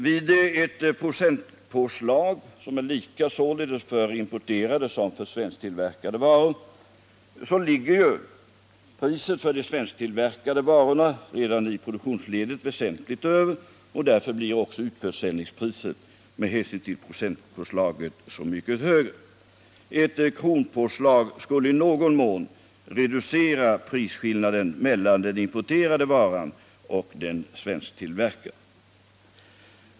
Vid ett procentpåslag som är lika för importerade och svensktillverkade varor ligger priset för de svensktillverkade varorna redan i produktionsledet väsentligt högre, och därför blir också försäljningspriset med hänsyn till procentpåslaget så mycket högre. Ett kronpåslag skulle i någon mån reducera prisskillnaden mellan den importerade varan och den svensktillverkade.